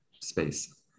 space